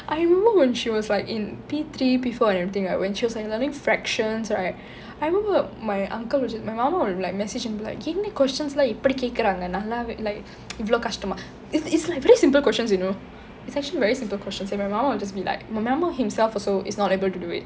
I remember when she was like in P three P four and everything right when she was like learning fractions right I remember my uncle my மாமா:maama will like message and be like என்ன:enna questions எல்லாம் இப்படி கேக்குறாங்க:ellam ippadi kekkuraanga like இவளோ கஷ்டமா:ivalo kashtama it's it's like very simple questions you know it's actually very simple questions and my மாமா:maama will just be like my மாமா:maama himself also is not able to do it